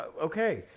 okay